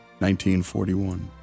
1941